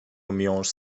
miąższ